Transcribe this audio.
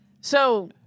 So-